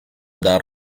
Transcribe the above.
dal